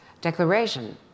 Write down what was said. declaration